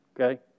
Okay